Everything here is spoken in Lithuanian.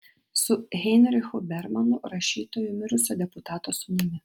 su heinrichu bermanu rašytoju mirusio deputato sūnumi